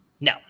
No